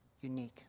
unique